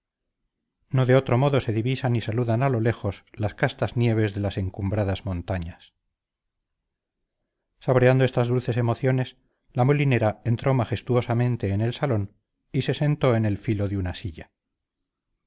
no de otro modo se divisan y saludan a lo lejos las castas nieves de las encumbradas montañas saboreando estas dulces emociones la molinera entró majestuosamente en el salón y se sentó en el filo de una silla